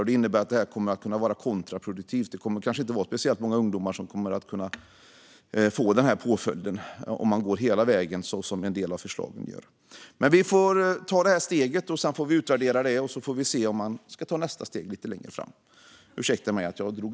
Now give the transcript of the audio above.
Detta innebär att det kan bli kontraproduktivt och att det kanske inte blir speciellt många ungdomar som får denna påföljd, om man går hela vägen, så som en del av förslagen är. Vi får ta detta steg och utvärdera det, och sedan får vi se om nästa steg ska tas lite längre fram.